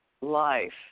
life